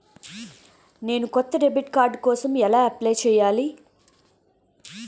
నేను కొత్త debit card కోసం ఎలా అప్లయ్ చేయాలి?